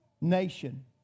nation